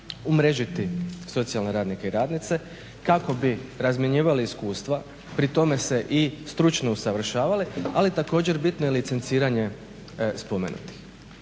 umrežiti socijalne radnike i radnice kako bi razmjenjivali iskustva, pri tome se i stručno usavršavali, ali također bitno je licenciranje spomenutih.